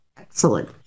Excellent